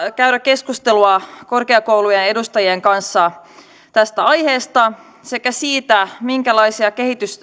käydä keskustelua korkeakoulujen edustajien kanssa tästä aiheesta sekä siitä minkälaisia